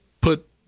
put